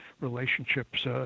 relationships